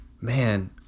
man